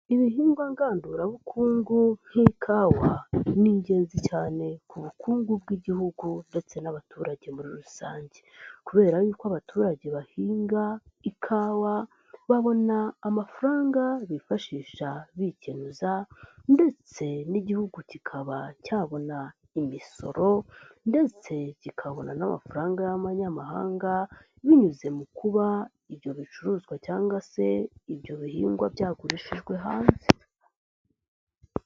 Ibihingwa ngandurabukungu nk'ikawa ni ingenzi cyane ku bukungu bw'igihugu ndetse n'abaturage muri rusange kubera yuko abaturage bahinga ikawa, babona amafaranga bifashisha bikenuza ndetse n'igihugu kikaba cyabona imisoro ndetse kikabona n'amafaranga y'abanyamahanga, binyuze mu kuba ibyo bicuruzwa cyangwa se ibyo bihingwa byagurijwe hanze.